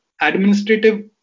administrative